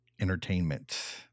entertainment